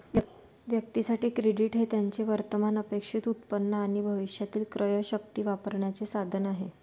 व्यक्तीं साठी, क्रेडिट हे त्यांचे वर्तमान अपेक्षित उत्पन्न आणि भविष्यातील क्रयशक्ती वापरण्याचे साधन आहे